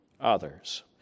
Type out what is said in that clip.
others